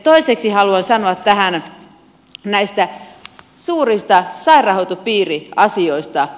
toiseksi haluan sanoa tähän näistä suurista sairaanhoitopiiriasioista